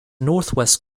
northwest